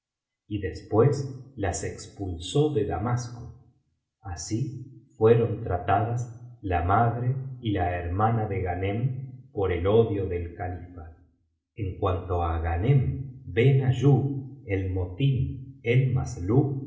y después las expulsó de damasco así fueron tratadas la madre y la hermana de grhanem por el odio del califa en cuanto á ghanem ben ayub el motim elmasslub al salir de